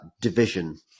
division